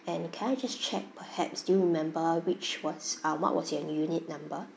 and can I just check perhaps do you remember which was um what was your unit number